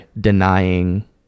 denying